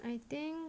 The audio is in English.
I think